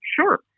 Sure